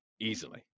Easily